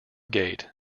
gate